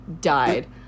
died